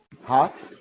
hot